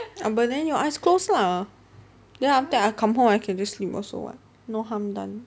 abuden your eyes close lah then after that I come home I can just sleep also [what] no harm done